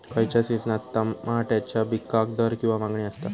खयच्या सिजनात तमात्याच्या पीकाक दर किंवा मागणी आसता?